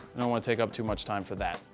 want to take up too much time for that.